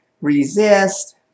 resist